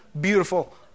beautiful